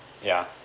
ya